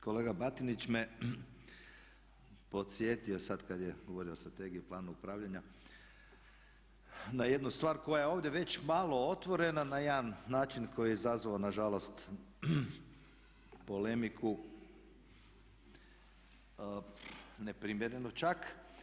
Kolega Batinić me podsjetio sad kad je govorio o Strategiji o planu upravljanja na jednu stvar koja je ovdje već malo otvorena na jedan način koji je izazvao nažalost polemiku neprimjerenu čak.